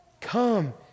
Come